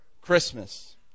Christmas